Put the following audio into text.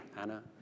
Anna